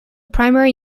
primary